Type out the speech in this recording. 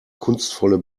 kunstvolle